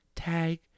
tag